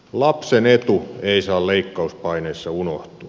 lapsen etu ei saa leikkauspaineissa unohtua